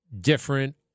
different